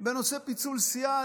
בנושא פיצול סיעה,